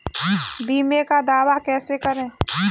बीमे का दावा कैसे करें?